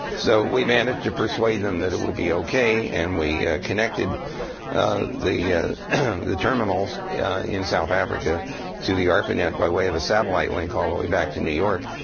so we managed to persuade them that it would be ok. and we connected the the terminals in south africa to the arpanet by way of a satellite link all the way back to new york